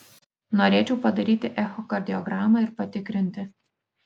norėčiau padaryti echokardiogramą ir patikrinti